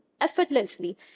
effortlessly